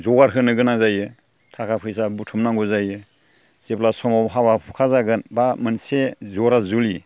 जगार होनो गोनां जायो थाखा फैसा बुथुम नांगौ जायो जेब्ला समाव हाबा हुखा जागोन एबा मोनसे जरा जुलि